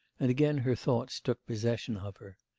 and again her thoughts took possession of her.